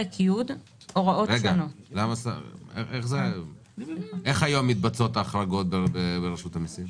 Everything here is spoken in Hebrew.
איך היום מתבצעות ההחרגות ברשות המיסים?